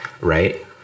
right